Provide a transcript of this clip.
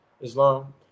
Islam